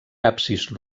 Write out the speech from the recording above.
absis